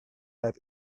heb